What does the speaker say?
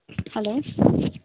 hello